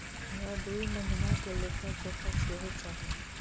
हमरा दूय महीना के लेखा जोखा सेहो चाही